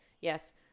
Yes